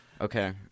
Okay